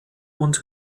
und